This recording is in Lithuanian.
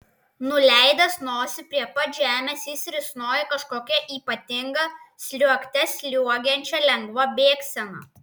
nuleidęs nosį prie pat žemės jis risnojo kažkokia ypatinga sliuogte sliuogiančia lengva bėgsena